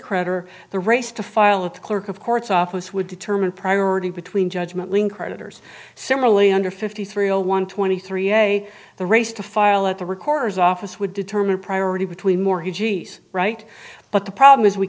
creditor the race to file at the clerk of courts office would determine priority between judgement ling creditors similarly under fifty three a one twenty three a day the race to file at the recorders office would determine priority between more he g s right but the problem is we